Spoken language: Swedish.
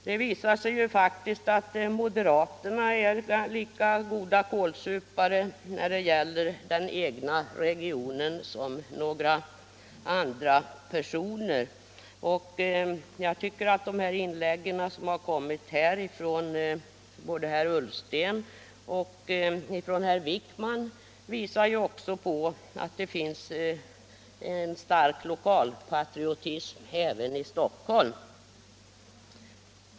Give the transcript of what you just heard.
Det visar att moderaterna är lika goda kålsupare när det gäller den egna regionen som några andra, och jag tycker att de inlägg som gjorts här av både herr Ullsten och herr Wijkman visar att det finns en stark lokalpatriotism även i Stockholm.